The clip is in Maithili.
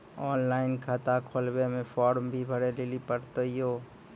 ऑनलाइन खाता खोलवे मे फोर्म भी भरे लेली पड़त यो?